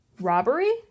Robbery